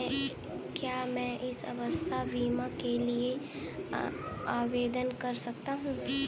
क्या मैं स्वास्थ्य बीमा के लिए आवेदन कर सकता हूँ?